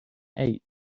eight